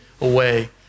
away